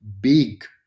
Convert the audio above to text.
big